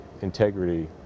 integrity